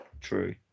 True